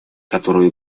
которую